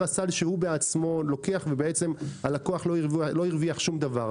הסל שהוא עצמו לוקח ובעצם הלקוח לא הרוויח דבר.